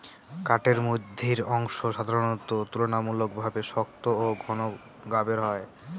কাঠের মইধ্যের অংশ সাধারণত তুলনামূলকভাবে শক্ত ও ঘন গাবের হয়